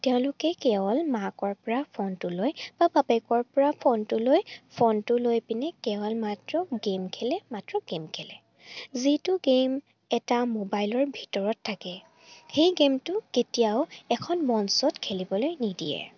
তেওঁলোকে কেৱল মাকৰ পৰা ফোনটো লৈ বা বাপেকৰ পৰা ফোনটো লৈ ফোনটো লৈ পিনে কেৱল মাত্ৰ গেম খেলে মাত্ৰ গেম খেলে যিটো গেম এটা মোবাইলৰ ভিতৰত থাকে সেই গেমটো কেতিয়াও এখন মঞ্চত খেলিবলৈ নিদিয়ে